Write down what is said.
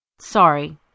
Sorry